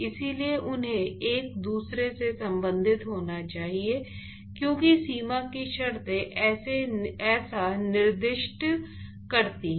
इसलिए उन्हें एक दूसरे से संबंधित होना चाहिए क्योंकि सीमा की शर्तें ऐसा निर्दिष्ट करती हैं